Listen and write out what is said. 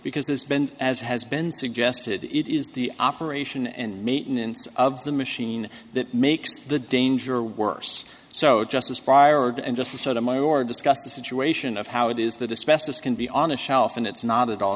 because there's been as has been suggested it is the operation and maintenance of the machine that makes the danger worse so just as fired and just sort of mine or discuss the situation of how it is that a specialist can be on a shelf and it's not at all